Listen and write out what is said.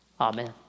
Amen